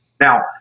Now